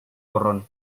borrón